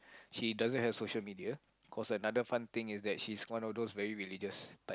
she doesn't have social media cause another fun thing is that she's one of those very religious